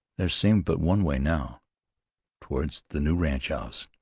there seemed but one way now toward the new ranch-house.